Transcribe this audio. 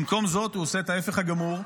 במקום זאת הוא עושה את ההפך הגמור.